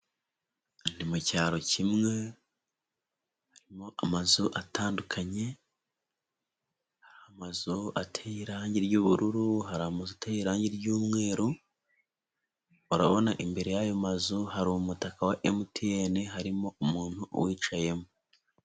Ni mu cyaro kimwe harimo amazu atandukanye, hari amazu ateye irangi ry'ubururu, hari amazute irangi ry'umweru, urabona imbere y'ayo mazu hari umutaka wa MTN, harimo umuntu uwicayemo.